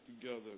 together